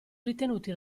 ritenuti